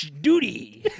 duty